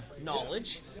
Knowledge